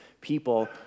people